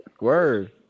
Word